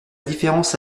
différence